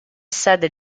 sede